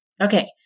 Okay